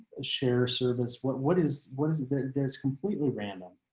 share service what what is, what is it that that's completely random.